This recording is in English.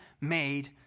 made